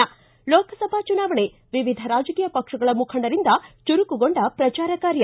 ಿ ಲೋಕಸಭಾ ಚುನಾವಣೆ ವಿವಿಧ ರಾಜಕೀಯ ಪಕ್ಷಗಳ ಮುಖಂಡರಿಂದ ಚುರುಕುಗೊಂಡ ಪ್ರಚಾರ ಕಾರ್ಯ